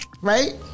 right